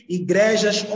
igrejas